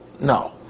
no